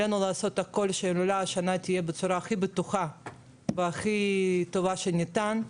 עלינו לעשות הכול שההילולה השנה תהיה בצורה הכי בטוחה והכי טובה שניתן.